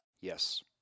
Yes